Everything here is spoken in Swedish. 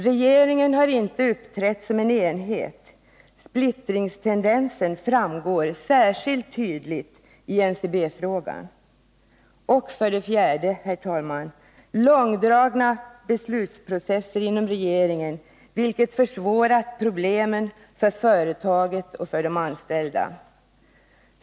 Regeringen har inte uppträtt som en enhet. Splittringstendensen framgår särskilt tydligt i NCB-frågan. 4. Långdragna beslutsprocesser inom regeringen, vilket försvårat problemen för företaget och de anställda.